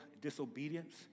disobedience